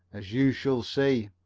as you shall see.